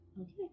Okay